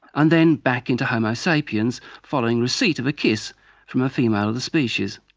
and then back into homo sapiens following receipt of a kiss from a female of the species.